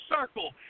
circle